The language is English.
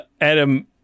Adam